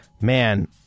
man